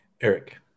Eric